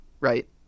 right